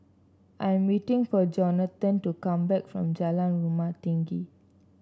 I'm waiting for Jonathon to come back from Jalan Rumah Tinggi